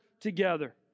together